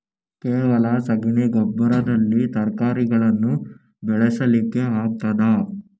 ಕೇವಲ ಸಗಣಿ ಗೊಬ್ಬರದಲ್ಲಿ ತರಕಾರಿಗಳನ್ನು ಬೆಳೆಸಲಿಕ್ಕೆ ಆಗ್ತದಾ?